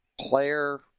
player